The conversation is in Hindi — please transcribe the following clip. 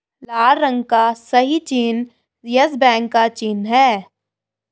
लाल रंग का सही चिन्ह यस बैंक का चिन्ह है